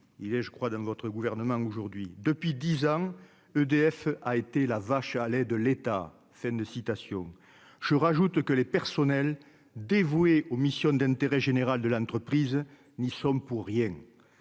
il est je crois dans votre gouvernement aujourd'hui depuis 10 ans, EDF a été la vache à lait de l'État, fin de citation je rajoute que les personnels dévoués aux missions d'intérêt général de l'entreprise n'y sommes pour rien,